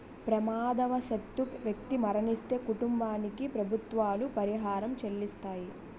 ప్రమాదవశాత్తు వ్యక్తి మరణిస్తే కుటుంబానికి ప్రభుత్వాలు పరిహారం చెల్లిస్తాయి